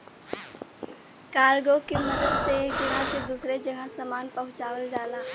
cargo के मदद से एक जगह से दूसरे जगह सामान पहुँचावल जाला